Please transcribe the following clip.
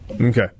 Okay